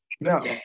No